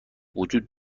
وجود